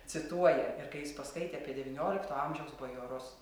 cituoja ir kai jis paskaitė apie devyniolikto amžiaus bajorus